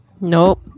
Nope